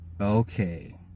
Okay